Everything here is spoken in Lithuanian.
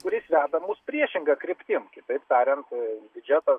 kuris veda mus priešinga kryptim kitaip tariant biudžetas